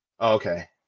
Okay